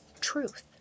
truth